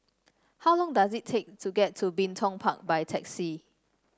how long does it take to get to Bin Tong Park by taxi